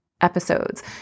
Episodes